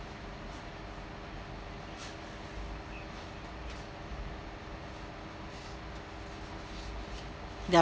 the